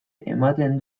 ematen